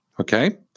Okay